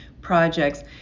projects